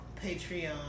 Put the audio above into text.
Patreon